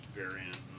variant